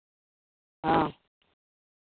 ᱦᱮᱸ